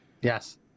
Yes